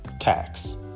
tax